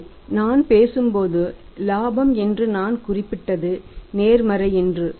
இங்கே நான் பேசும்போது இலாபம் என்று நான் குறிப்பிட்டது நேர்மறை என்று